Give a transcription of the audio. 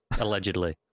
allegedly